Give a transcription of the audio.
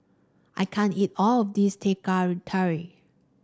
I can't eat all of this Teh Tarik